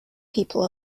people